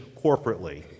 corporately